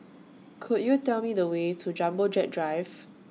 Could YOU Tell Me The Way to Jumbo Jet Drive